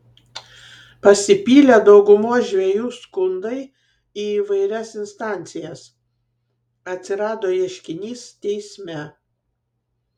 pasipylė daugumos žvejų skundai į įvairias instancijas atsirado ieškinys teisme